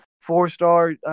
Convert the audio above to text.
four-star